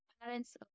parents